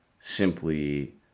simply